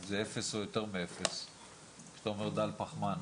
אם זה אפס או יותר מאפס כשאתה אומר דל פחמן?